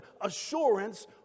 assurance